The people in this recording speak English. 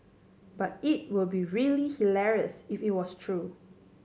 but it would be really hilarious if it was true